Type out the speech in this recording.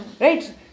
Right